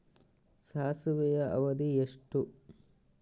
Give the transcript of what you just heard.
ಸಾಸಿವೆಯ ಅವಧಿ ಎಷ್ಟು?